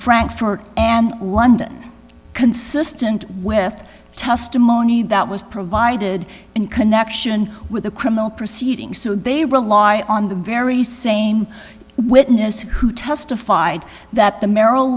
frankfurt and london consistent with testimony that was provided in connection with the criminal proceedings so they rely on the very same witness who testified that the merrill